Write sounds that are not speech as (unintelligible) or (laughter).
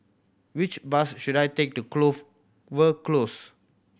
which bus should I take to Clover (unintelligible) Close